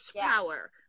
power